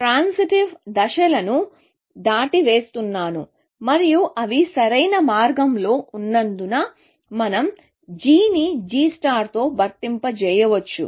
transitive దశలను దాటవేస్తున్నాను మరియు అవి సరైన మార్గంలో ఉన్నందున మనం gని gతో భర్తీ చేయవచ్చు